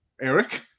Eric